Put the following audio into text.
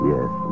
Yes